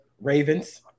Ravens